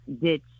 ditch